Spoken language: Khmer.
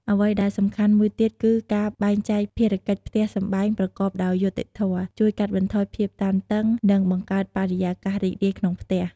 អ្វីដែលសំខាន់មួយទៀតគី ការបែងចែកភារកិច្ចផ្ទះសម្បែងប្រកបដោយយុត្តិធម៌ ជួយកាត់បន្ថយភាពតានតឹង និងបង្កើតបរិយាកាសរីករាយក្នុងផ្ទះ។